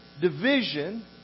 division